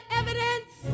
evidence